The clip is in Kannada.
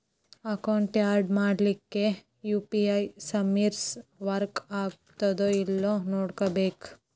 ಅಕೌಂಟ್ ಯಾಡ್ ಮಾಡ್ಲಿಕ್ಕೆ ಯು.ಪಿ.ಐ ಸರ್ವಿಸ್ ವರ್ಕ್ ಆಗತ್ತೇಲ್ಲೋ ನೋಡ್ಕೋಬೇಕ್